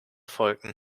folgten